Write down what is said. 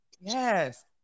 Yes